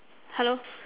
hello